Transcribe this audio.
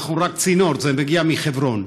אנחנו רק צינור, זה מגיע מחברון.